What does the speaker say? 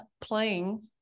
playing